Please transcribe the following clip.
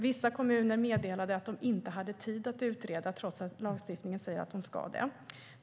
Vissa kommuner meddelade att de inte hade tid att utreda trots att lagstiftningen säger att de ska det.